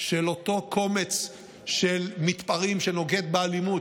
של אותו קומץ של מתפרעים שנוקט אלימות.